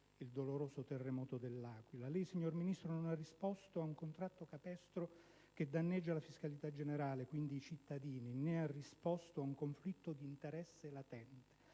il doloroso terremoto dell'Aquila. Lei, signor Ministro, non ha risposto su un contratto capestro che danneggia la fiscalità generale, quindi i cittadini, né ha risposto su un conflitto di interesse latente.